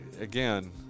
again